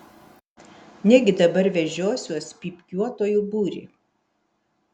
negi dabar vežiosiuos pypkiuotojų būrį